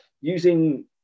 using